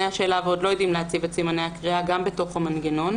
השאלה ועוד לא יודעים להציב את סימני הקריאה גם בתוך המנגנון.